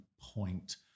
point